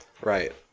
Right